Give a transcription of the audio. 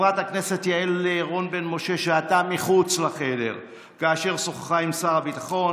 חברת הכנסת יעל רון בן משה שהתה מחוץ לחדר כאשר שוחחה עם שר הביטחון.